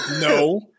No